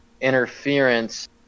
interference